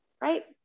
right